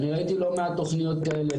אני ראיתי לא מעט תוכניות כאלה,